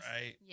Right